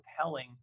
compelling